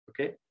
okay